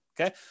Okay